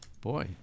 Boy